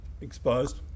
Exposed